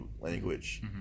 language